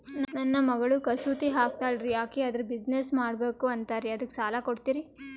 ನನ್ನ ಮಗಳು ಕಸೂತಿ ಹಾಕ್ತಾಲ್ರಿ, ಅಕಿ ಅದರ ಬಿಸಿನೆಸ್ ಮಾಡಬಕು ಅಂತರಿ ಅದಕ್ಕ ಸಾಲ ಕೊಡ್ತೀರ್ರಿ?